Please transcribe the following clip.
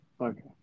Okay